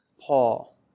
Paul